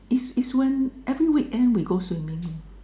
is is when every weekend we go swimming lah